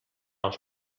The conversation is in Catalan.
els